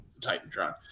Titan-tron